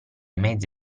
mezzi